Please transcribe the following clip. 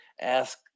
Ask